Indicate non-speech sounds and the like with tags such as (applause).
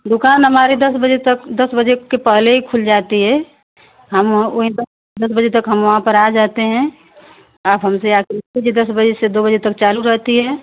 दुकान हमारी दस बजे तक दस बजे के पहले ही खुल जाती है हम वहाँ वहीं पर दस बजे तक हम वहाँ पर आ जाते हैं आप हमसे आकर (unintelligible) दस बजे से दो बजे तक चालू रहती है